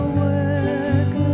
work